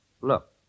Look